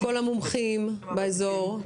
את כל המומחים באזור.